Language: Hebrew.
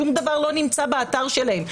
שום דבר לא נמצא באתר שלהם.